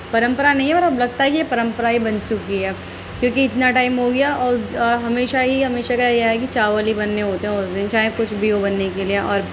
پرمپرا نہیں ہے مگر اب لگتا ہے کہ یہ پرمپرا ہی بن چکی ہے کیوں کہ اتنا ٹائم ہو گیا اور اس ہمیشہ ہی ہمیشہ کا یہ ہے کہ چاول ہی بننے ہوتے ہیں اس دن چاہے کچھ بھی ہو بننے کے لیے اور